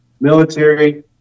military